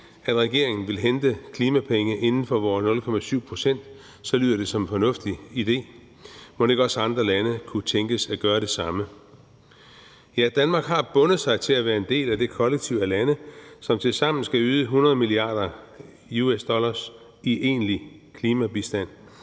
at regeringen vil hente klimapenge inden for vore 0,7 pct., lyder det som en fornuftig idé, mon ikke også andre lande kunne tænkes at gøre det samme? Ja, Danmark har bundet sig til at være en del af det kollektiv af lande, som tilsammen skal yde 100 mia. US dollars i egentlig klimabistand,